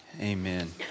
Amen